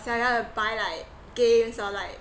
yourself you want to buy like games or like